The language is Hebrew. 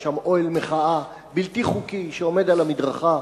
היה שם אוהל מחאה בלתי חוקי שעומד על המדרכה.